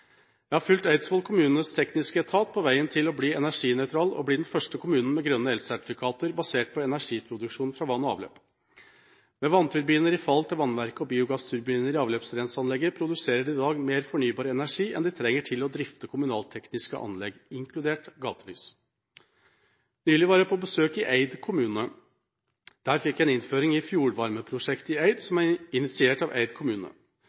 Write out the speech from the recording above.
Jeg har fulgt Eidsvoll kommunes tekniske etat på veien til å bli energinøytral og bli den første kommunen med grønne elsertifikater basert på energiproduksjon fra vann og avløp. Med vannturbiner i fall til vannverket og biogassturbiner i avløpsrenseanlegget produserer de i dag mer fornybar energi enn de trenger til å drifte kommunaltekniske anlegg, inkludert gatelys. Nylig var jeg på besøk i Eid kommune. Der fikk jeg en innføring i fjordvarmeprosjektet i Eid, som er initiert av Eid kommune.